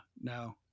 No